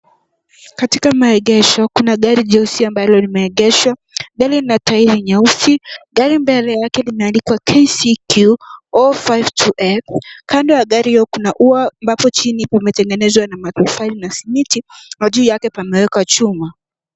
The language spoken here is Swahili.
Katika maegesho kuna gari jeusi ambalo limeegeshwa. Gari Lina tairi nyeusi. Gari mbele yake limeandikwa KCQ 052F. Kando ya gari hilo kuna ua ambapo chini umetengenezwa na matofali na simiti na juu yake kumewekwa chuma.